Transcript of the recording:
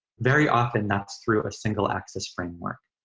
very often that's through a single access framework.